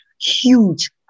huge